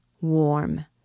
warm